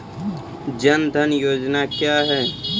जन धन योजना क्या है?